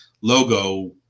logo